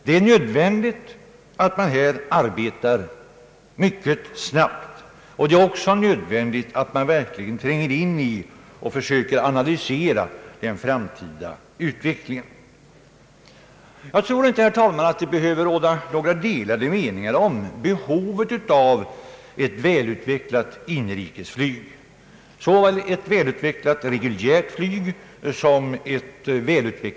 Det är nödvändigt att man här arbetar mycket snabbt, och det är också nödvändigt att man verkligen tränger in i och försöker analysera den framtida utvecklingen. Jag tror inte, herr talman, att det behöver råda några delade meningar om behovet av ett välutvecklat inrikesflyg; det gäller såväl det reguljära flyget som allmänflyget.